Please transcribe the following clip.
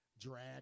Drag